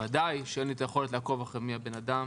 בוודאי שאין לי את היכולת לעקוב אחרי מיהו האדם.